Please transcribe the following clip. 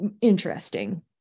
interesting